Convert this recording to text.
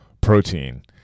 protein